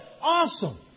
awesome